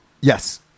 Yes